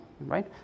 right